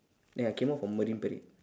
then I came out from marine parade